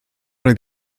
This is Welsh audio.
oedd